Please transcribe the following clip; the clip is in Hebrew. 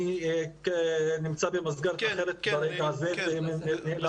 אני נמצא במסגרת אחרת ברגע הזה ואני נאלץ לצאת.